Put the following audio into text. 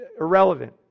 irrelevant